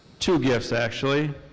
two gifts actually.